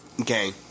okay